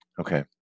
Okay